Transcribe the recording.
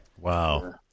Wow